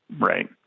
Right